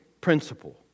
principle